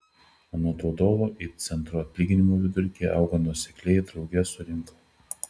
anot vadovo it centro atlyginimų vidurkiai auga nuosekliai drauge su rinka